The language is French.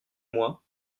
moi